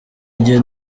njye